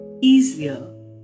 easier